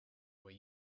were